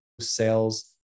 sales